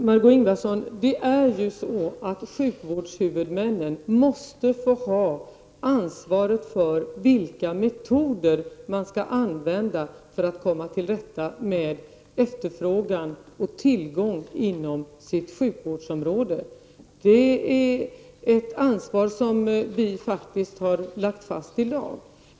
Herr talman! Margö Ingvardsson, sjukvårdshuvudmännen måste få ha ansvaret för vilka metoder man skall använda för att komma till rätta med efterfrågan och tillgång inom sitt sjukvårdsområde. Det är ett ansvar som vi faktiskt har lagt fast i lag.